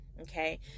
Okay